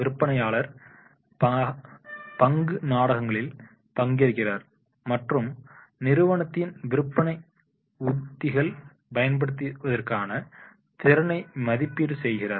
விற்பனையாளர் பங்கு நாடகங்களில் பங்கேற்கிறார் மற்றும் நிறுவனத்தின் விற்பனை உத்திகள் பயன்படுத்துவதற்கான திறனை மதிப்பீடு செய்கிறார்